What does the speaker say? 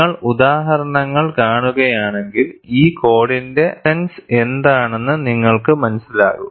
നിങ്ങൾ ഉദാഹരണങ്ങൾ കാണുകയാണെങ്കിൽ ഈ കോഡിന്റെ എസ്സെൻസ് എന്താണെന്ന് നിങ്ങൾക്ക് മനസ്സിലാകും